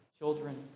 Children